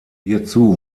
hierzu